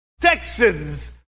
Texans